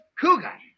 Cougar